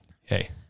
hey